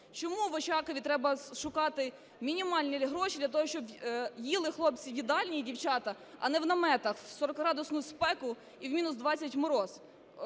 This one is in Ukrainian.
Чому в Очакові треба шукати мінімальні гроші для того, щоб їли хлопці в їдальні і дівчата, а не в наметах в 40-градусну спеку і в мінус 20 морозу?